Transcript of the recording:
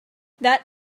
that